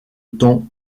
temps